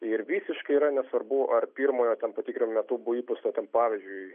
ir visiškai yra nesvarbu ar pirmojo ten patikrinimo metu buvo įpūsta ten pavyzdžiui